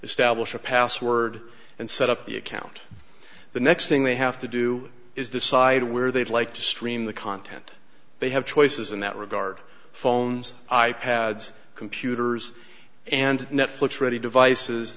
establish a password and set up the account the next thing they have to do is decide where they'd like to stream the content they have choices in that regard phones i pads computers and netflix ready devices